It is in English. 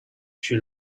she